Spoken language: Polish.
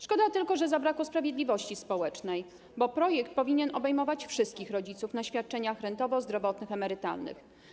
Szkoda tylko, że zabrakło sprawiedliwości społecznej, bo projekt powinien obejmować wszystkich rodziców na świadczeniach rentowych, zdrowotnych, emerytalnych.